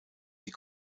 die